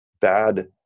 bad